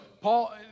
Paul